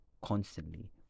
constantly